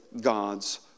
God's